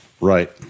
right